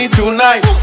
tonight